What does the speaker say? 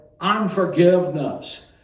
unforgiveness